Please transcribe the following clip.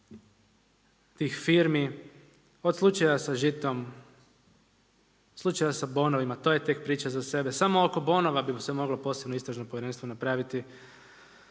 tih firmi, od slučaja sa žitom, slučaja sa bonovima, to je tek priča za sebe. Samo oko bonova bi se moglo posebno istražno povjerenstvo napraviti.